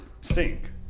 sink